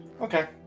Okay